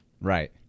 Right